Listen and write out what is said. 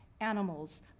animals